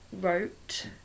wrote